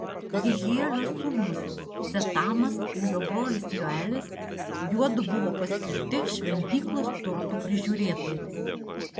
jehielio sūnūs zetamas ir jo brolis joelis juodu buvo paskirti šventyklos turtų prižiūrėtojais